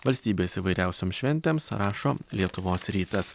valstybės įvairiausiom šventėms rašo lietuvos rytas